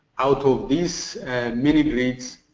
out of these mini grids,